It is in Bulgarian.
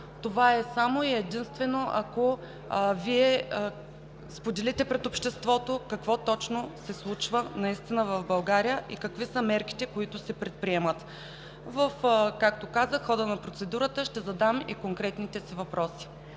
това е само и единствено, ако Вие споделите пред обществото какво точно се случва наистина в България и какви са мерките, които се предприемат. Както казах, в хода на процедурата ще задам и конкретните си въпроси.